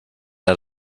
out